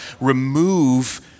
remove